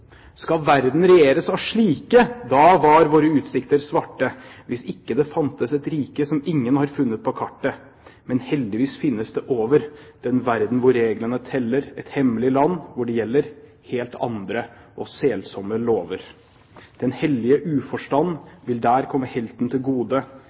Skal verden regjeres av slike? Da var våre utsikter svarte, hvis ikke det fantes et rike som ingen har funnet på kartet. Men heldigvis finnes det overden verden hvor reglene teller, et hemmelig land hvor det gjelder helt andre og selsomme lover. Den hellige